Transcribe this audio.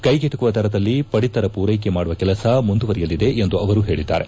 ಕೈಗೆಟಕುವ ದರದಲ್ಲಿ ಪಡಿತರ ಪೂರೈಕೆ ಮಾಡುವ ಕೆಲಸ ಮುಂದುವರಿಯಲಿದೆ ಎಂದು ಅವರು ಹೇಳಿದ್ದಾರೆ